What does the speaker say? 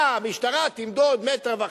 מה, המשטרה תמדוד 1.5 מטר?